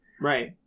Right